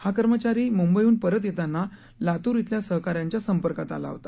हा कर्मचारी मुंबईहून परत येताना लातूर थिल्या सहकाऱ्याच्या संपर्कात आला होता